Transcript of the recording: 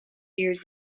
years